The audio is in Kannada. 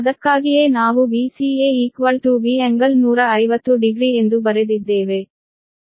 ಅದಕ್ಕಾಗಿಯೇ ನಾವು Vca V∟150 ಡಿಗ್ರಿ ಎಂದು ಬರೆದಿದ್ದೇವೆ